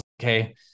okay